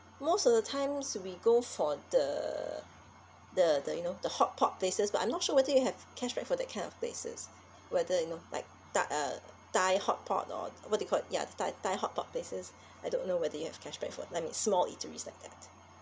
most of the times we go for the the the you know the hotpot places but I'm not sure whether you have cashback for that kind of places whether you know like thai uh thai hotpot or what they call it ya thai thai hotpot places I don't know whether you have cashback for like the small eateries like that